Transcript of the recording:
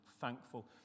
thankful